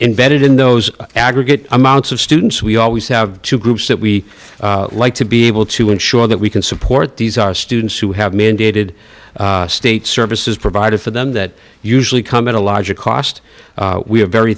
invested in those aggregate amounts of students we always have two groups that we like to be able to ensure that we can support these are students who have mandated state services provided for them that usually come in a larger cost we have very